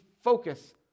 focus